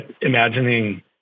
imagining